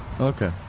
Okay